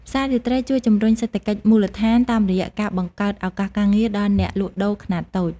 ផ្សាររាត្រីជួយជំរុញសេដ្ឋកិច្ចមូលដ្ឋាន តាមរយៈការបង្កើតឱកាសការងារដល់អ្នកលក់ដូរខ្នាតតូច។